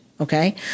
Okay